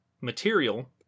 material